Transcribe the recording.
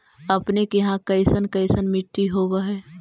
अपने के यहाँ कैसन कैसन मिट्टी होब है?